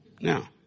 Now